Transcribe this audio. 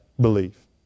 belief